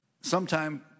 sometime